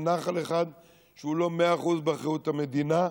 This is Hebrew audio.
נחל אחד שהוא לא מאה אחוז באחריות המדינה,